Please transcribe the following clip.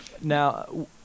Now